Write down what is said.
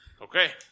Okay